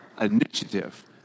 initiative